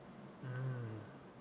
mm